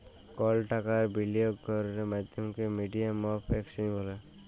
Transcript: call টাকার বিলিয়গ ক্যরের মাধ্যমকে মিডিয়াম অফ এক্সচেঞ্জ ব্যলে